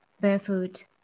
barefoot